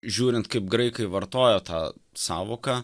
žiūrint kaip graikai vartojo tą sąvoką